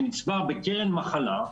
שנצפה בקרן מחלה,